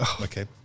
Okay